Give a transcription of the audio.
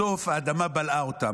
בסוף האדמה בלעה אותם.